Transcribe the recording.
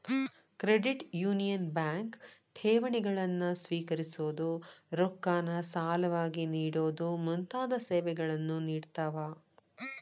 credit union bank ಠೇವಣಿಗಳನ್ನ ಸ್ವೇಕರಿಸೊದು, ರೊಕ್ಕಾನ ಸಾಲವಾಗಿ ನೇಡೊದು ಮುಂತಾದ ಸೇವೆಗಳನ್ನ ನೇಡ್ತಾವ